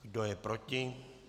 Kdo je proti?